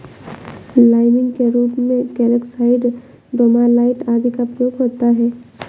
liming के रूप में कैल्साइट, डोमालाइट आदि का प्रयोग होता है